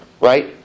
right